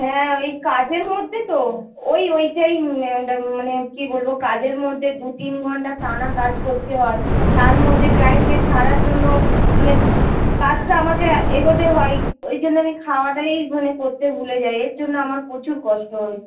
হ্যাঁ ওই কাজের মধ্যে তো ওই ওইটাই মানে মানে কি বলব কাজের মধ্যে দু তিন ঘন্টা টানা কাজ করতে হয় তার মধ্যে ক্লাইন্টকে ছাড়ার জন্য মানে কাজটা আমাকে এগোতে হয় ওই জন্য আমি খাওয়াটাই মানে করতে ভুলে যাই এর জন্য আমার প্রচুর কষ্ট হয়